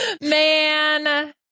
Man